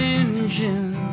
engine